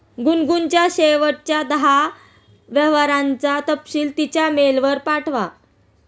गुनगुनच्या शेवटच्या दहा व्यवहारांचा तपशील तिच्या मेलवर पाठवा